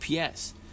UPS